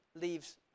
leaves